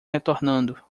retornando